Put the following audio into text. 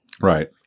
Right